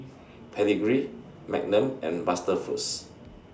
Pedigree Magnum and MasterFoods